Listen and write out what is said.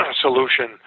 solution